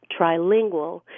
trilingual